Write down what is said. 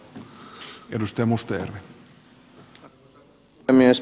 arvoisa puhemies